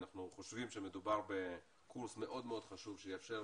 אנחנו חושבים שמדובר בקורס מאוד מאוד חשוב שיאפשר